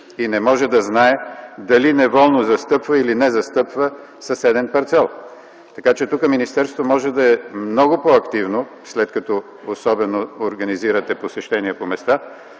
и не може да знае дали неволно застъпва или не застъпва съседен парцел. Тук министерството може да е много по-активно, особено след като организирате посещения по места,